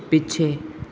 ਪਿੱਛੇ